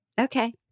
Okay